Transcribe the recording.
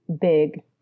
big